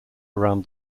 around